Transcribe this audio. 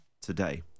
today